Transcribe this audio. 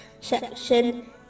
section